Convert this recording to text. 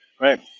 right